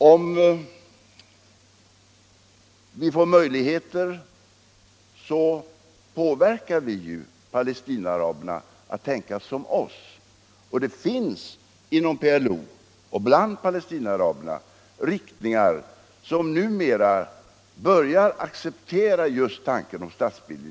Om vi får möjligheter påverkar vi Palestinaaraberna att tänka som vi. Och det finns inom PLO och bland Palestinaaraberna riktningar som numera börjar acceptera tanken på en statsbildning.